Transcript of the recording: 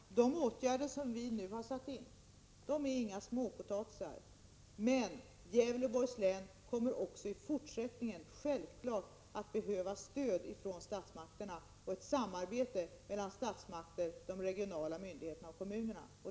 De åtgärder som vi nu har satt in är naturligtvis inga småpotatisar, men Gävleborgs län kommer också i fortsättningen självfallet att behöva stöd från statsmakterna och ett samarbete mellan statsmakterna, de regionala myndigheterna och kommunerna.